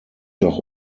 doch